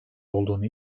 olduğunu